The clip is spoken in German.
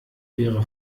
wäre